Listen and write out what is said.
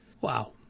wow